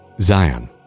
Zion